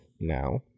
now